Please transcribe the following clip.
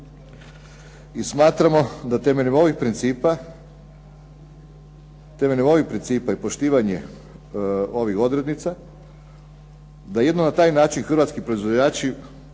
I smatramo da temeljem ovih principa i poštivanje ovih odrednica, da jedino na taj način hrvatski proizvođači